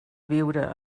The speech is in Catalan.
viure